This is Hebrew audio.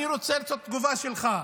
אני רוצה את התגובה שלך.